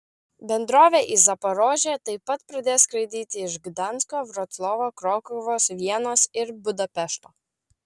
bendrovė į zaporožę taip pat pradės skraidyti iš gdansko vroclavo krokuvos vienos ir budapešto